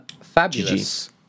Fabulous